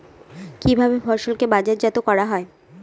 কিভাবে ফসলকে বাজারজাত করা হয়?